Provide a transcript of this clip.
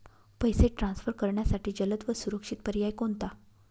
पैसे ट्रान्सफर करण्यासाठी जलद व सुरक्षित पर्याय कोणता?